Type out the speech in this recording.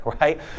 right